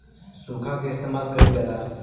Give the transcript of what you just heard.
सुखा के इस्तेमाल कइल जाला